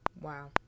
Wow